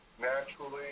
naturally